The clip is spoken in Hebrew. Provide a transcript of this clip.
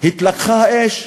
התלקחה האש.